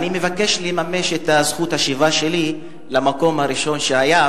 אני מבקש לממש את זכות השיבה שלי למקום הראשון שהיה,